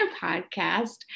podcast